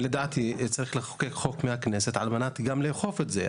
לדעתי צריך לחוקק חוק מהכנסת לאכוף את זה.